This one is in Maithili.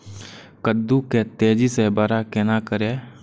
कद्दू के तेजी से बड़ा केना करिए?